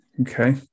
Okay